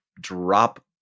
drop